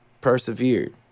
persevered